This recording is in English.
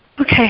Okay